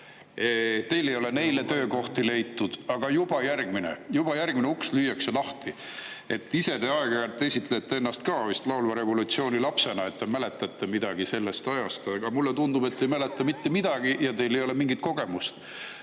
te ei ole neile töökohti leidnud, aga juba järgmine uks lüüakse lahti. Ise te aeg-ajalt esitlete ennast vist laulva revolutsiooni lapsena, et te mäletate midagi sellest ajast, aga mulle tundub, et te ei mäleta mitte midagi ja teil ei ole mingit kogemust.